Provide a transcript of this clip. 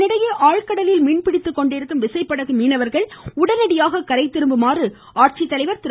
இதனிடையே ஆழ்கடலில் மீன்பிடித்துக் கொண்டிருக்கும் விசைப்படகு மீனவர்கள் உடனடியாக கரை திரும்புமாறு ஆட்சித்தலைவர் திரு